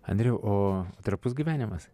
andriau o trapus gyvenimas